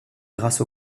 grâce